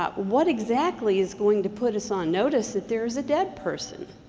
ah what exactly is going to put us on notice that there is a dead person,